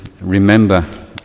remember